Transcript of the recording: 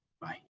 Bye